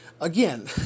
again